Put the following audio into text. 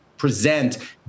Present